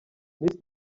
miss